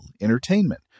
entertainment